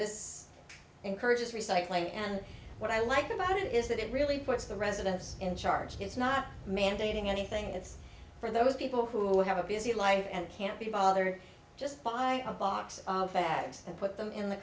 this encourages recycling and what i like about it is that it really puts the residents in charge he's not mandating anything it's for those people who have a busy life and can't be bothered just buy a box of fags and put them in the